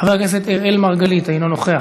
חבר הכנסת אראל מרגלית, אינו נוכח.